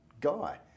guy